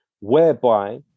whereby